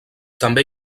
també